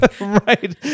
Right